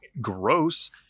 gross